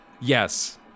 Yes